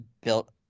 built